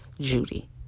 Judy